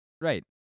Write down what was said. right